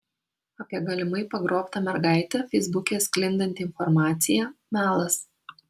apie galimai pagrobtą mergaitę feisbuke sklindanti informacija melas